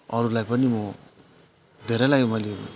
अरूलाई पनि म धेरैलाई मैले